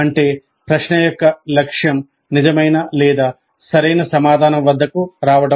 అంటే ప్రశ్న యొక్క లక్ష్యం నిజమైన లేదా సరైన సమాధానం వద్దకు రావడం